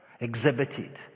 exhibited